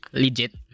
legit